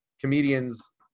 comedians